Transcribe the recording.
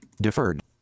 Deferred